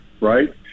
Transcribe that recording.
right